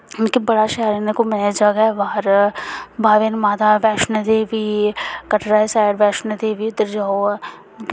मतलब की बड़ा शैल इ'यां घूमने आह्ली जगह् ऐ बाह्र बाह्वे आह्ली माता वैष्णो देवी कटरा आह्ली साइड वैष्णो देवी उद्धर जाओ ऐ